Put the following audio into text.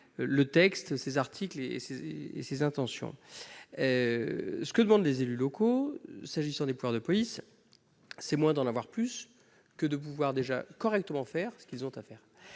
le texte ces articles et c'est et ses intentions, ce que demandent les élus locaux s'agissant des pouvoirs de police, c'est moins d'en avoir plus que de pouvoir déjà correctement faire parce qu'ils ont à faire